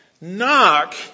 Knock